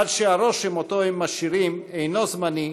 עד שהרושם שהם משאירים אינו זמני,